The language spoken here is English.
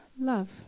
love